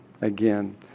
Again